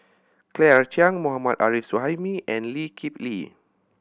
Claire Chiang Mohammad Arif Suhaimi and Lee Kip Lee